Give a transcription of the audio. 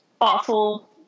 awful